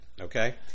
okay